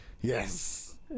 Yes